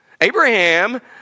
Abraham